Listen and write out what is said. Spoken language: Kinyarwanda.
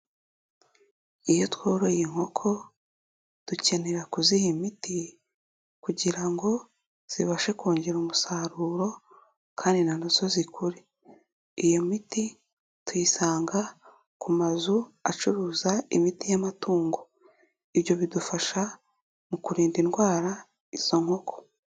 Iyo tworoye inkoko dukenera kuziha miti kugira ngo zibashe kongera umusaruro kandi na zo zikure. Iyo miti tuyisanga ku mazu acuruza imiti y'amatungo, ibyo bidufasha mu kurinda indwara izo nkoko.